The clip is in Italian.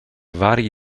vari